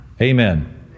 Amen